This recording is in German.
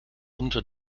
unter